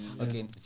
Okay